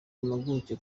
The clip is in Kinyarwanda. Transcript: impuguke